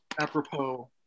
apropos